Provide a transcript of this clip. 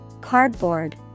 cardboard